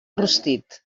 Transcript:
rostit